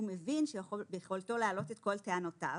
הוא מבין שביכולתו להעלות את כל טענותיו